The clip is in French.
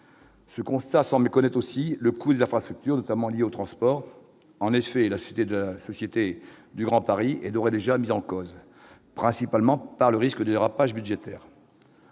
Ce constat semble Colette aussi le coût d'infrastructure, notamment liée aux transports, en effet, la Cité de la Société du Grand Paris est d'ores et déjà mis en cause principalement par le risque de dérapage budgétaire.